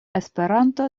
esperanto